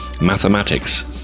mathematics